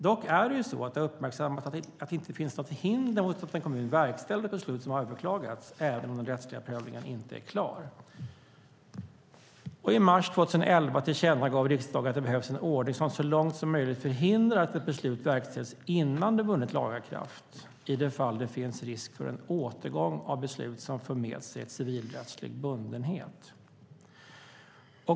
Dock har det uppmärksammats att det inte finns något hinder mot att en kommun verkställer beslut som har överklagats, även om den rättsliga prövningen inte är klar. I mars 2011 tillkännagav riksdagen att det behövs en ordning som så långt som möjligt förhindrar att ett beslut verkställs innan det vunnit laga kraft i det fall det finns risk för en återgång av beslut som för med sig civilrättslig bundenhet.